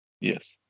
Yes